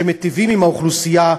שמיטיבים עם האוכלוסייה,